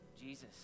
Jesus